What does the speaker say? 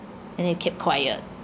and then you kept quiet